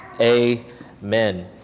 Amen